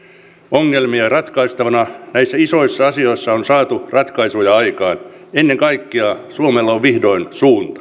ongelmia ratkaistavana näissä isoissa asioissa on saatu ratkaisuja aikaan ennen kaikkea suomella on vihdoin suunta